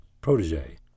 protege